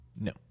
no